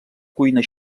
cuina